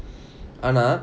ஆனா:aana